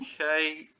okay